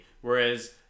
Whereas